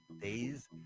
days